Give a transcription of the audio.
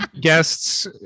guests